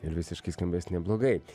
ir visiškai skambės neblogai